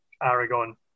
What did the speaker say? Aragon